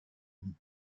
nie